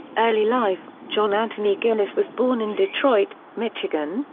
early life john anthony gillis was born in detroit, michigan,